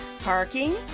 Parking